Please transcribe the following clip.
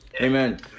Amen